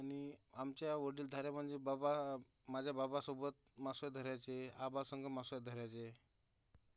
आणि आमच्या वडीलधाऱ्या म्हणजे बाबा माझ्या बाबासोबत मासा धरायचे आबासंगं मासा धरायचे